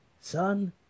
Son